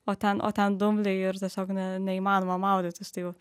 o ten o ten dumbliai ir tiesiog ne neįmanoma maudytis tai jau